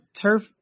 turf